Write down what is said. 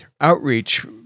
outreach